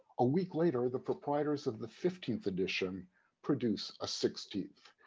a week later, the proprietors of the fifteenth edition produced a sixteenth,